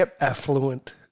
affluent